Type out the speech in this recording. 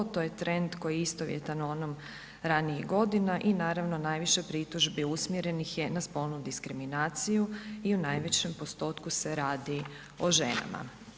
To je trend koji je istovjetan onome ranijih godina i naravno najviše pritužbi usmjerenih je na spolnu diskriminaciju i u najvećem postotku se radi o ženama.